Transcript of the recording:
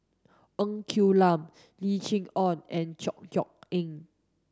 Ng Quee Lam Lim Chee Onn and Chor Yeok Eng